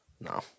No